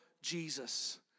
Jesus